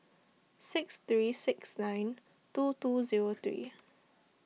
six three six nine two two zero three